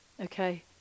Okay